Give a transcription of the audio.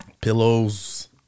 Pillows